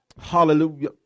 Hallelujah